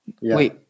Wait